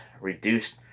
reduced